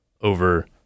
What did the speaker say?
over